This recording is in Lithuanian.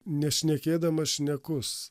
nešnekėdamas šnekus